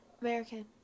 American